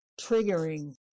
triggering